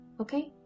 okay